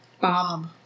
Bob